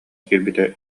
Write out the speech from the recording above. киирбитэ